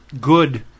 good